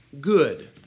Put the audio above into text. good